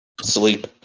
Sleep